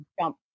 jump